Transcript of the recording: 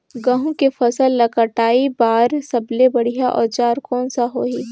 गहूं के फसल ला कटाई बार सबले बढ़िया औजार कोन सा होही?